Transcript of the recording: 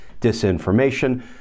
disinformation